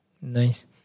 Nice